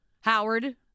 Howard